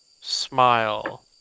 smile